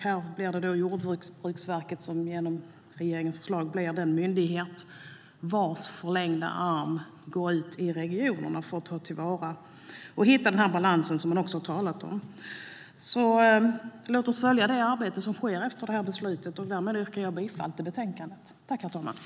Det är Jordbruksverket som genom regeringens förslag blir den myndighet vars förlängda arm går ut i regionen för att ta till vara och hitta den balans som man har talat om. Låt oss följa det arbete som sker efter detta beslut. Därmed yrkar jag bifall till utskottets förslag i betänkandet.